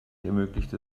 ermöglichte